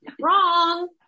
Wrong